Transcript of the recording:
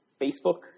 Facebook